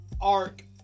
arc